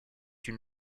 une